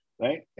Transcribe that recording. right